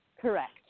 Correct